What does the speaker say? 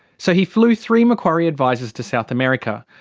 so he flew three macquarie advisers to south america.